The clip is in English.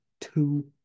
two